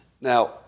Now